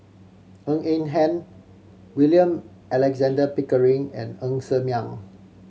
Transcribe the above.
Ng Eng Hen William Alexander Pickering and Ng Ser Miang